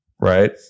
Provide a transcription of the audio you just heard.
right